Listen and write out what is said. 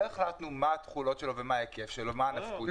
לא החלטנו מה ההיקף שלו ומה הנפקות שלו.